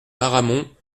aramon